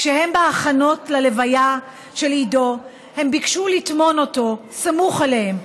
כשהם היו בהכנות ללוויה של עידו הם ביקשו לטמון אותו סמוך אליהם,